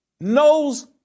knows